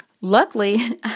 Luckily